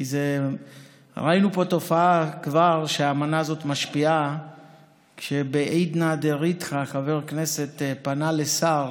כבר ראינו פה תופעה שהאמנה הזאת משפיעה כשבעידנא דרתחא חבר כנסת פנה לשר